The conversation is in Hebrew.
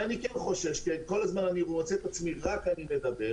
ואני כן חושש כי כל הזמן אני מוצא את עצמי שרק אני מדבר